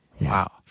Wow